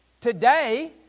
Today